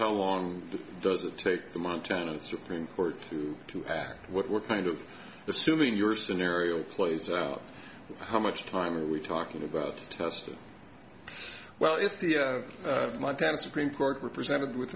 how long does it take the montana supreme court to to act what kind of assuming your scenario plays out how much time are we talking about testing well if the montana supreme court were presented with